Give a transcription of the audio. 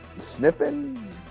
Sniffing